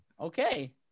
Okay